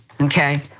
okay